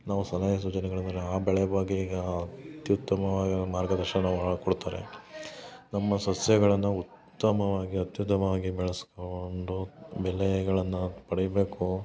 ನಾವು ಸಲಹೆ ಸೂಚನೆಗಳ ಮೇಲೆ ಆ ಬೆಳೆ ಬಗ್ಗೆ ಈಗ ಅತ್ಯುತ್ತಮವಾಗಿರೋ ಮಾರ್ಗದರ್ಶನ ಒಳಗೆ ಕೊಡ್ತಾರೆ ನಮ್ಮ ಸಸ್ಯಗಳನ್ನ ಉತ್ತಮವಾಗಿ ಅತ್ಯುತ್ತಮವಾಗಿ ಬೆಳಸ್ಕೊಂಡು ಬೆಳೆಗಳನ್ನ ಪಡಿಬೇಕು